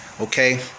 okay